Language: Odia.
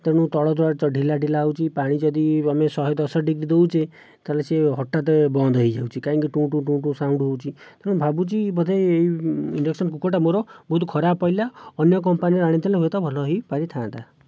ତେଣୁ ତଳ ଯେଉଁ ଢିଲା ଢିଲା ହେଉଛି ପାଣି ଯଦି ଆମେ ଶହେ ଦଶ ଡିଗ୍ରୀ ଦେଉଛେ ତାହେଲେ ସିଏ ହଟାତ ବନ୍ଦ ହୋଇଯାଉଛି କାହିଁକି ଟୁଁ ଟୁଁ ଟୁଁ ଟୁଁ ସାଉଣ୍ଡ ହେଉଛି ତେଣୁ ମୁଁ ଭାବୁଛି ବୋଧେ ଏଇ ଇଣ୍ଡକ୍ସନ କୁକର୍ଟା ମୋର ବହୁତ ଖରାପ ପଡ଼ିଲା ଅନ୍ୟ କମ୍ପାନିରୁ ଆଣିଥିଲେ ହୁଏତ ଭଲ ହୋଇପାରିଥାନ୍ତା